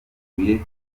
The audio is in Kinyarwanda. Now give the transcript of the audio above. biteguye